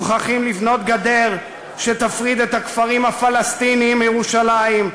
מוכרחים לבנות גדר שתפריד את הכפרים הפלסטיניים מירושלים,